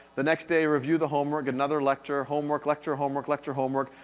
the next day review the homework, another lecture, homework, lecture, homework, lecture, homework.